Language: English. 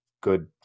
good